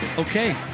Okay